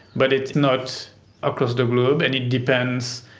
but it's not across the globe, and it depends,